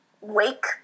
wake